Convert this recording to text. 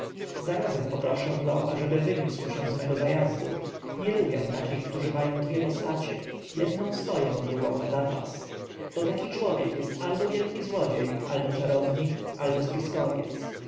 zarazem poproszę go ażeby wyniósł się z mego zajazdu nie lubię takich którzy mają dwie postacie jedną swoją drugą na zapas bo taki człowiek jest albo wielki złodziej albo czarownik albo spiskowiec